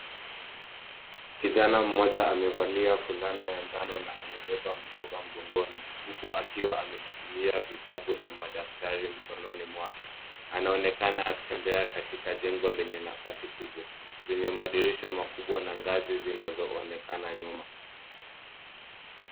Kijana mmoja amevalia fulana ya njano na amebeba mkoba mgongoni huku akiwa ameshikilia vitabu na madaftari mikononi mwake. Anaonekana akitembea katika jengo lenye nafasi kubwa zenye madirisha makubwa na ngazi zinazoonekana nyuma.